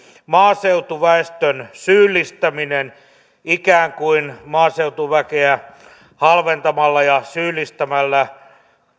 maaseutuväestön syyllistäminen ikään kuin maaseutuväkeä halventamalla ja syyllistämällä